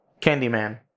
Candyman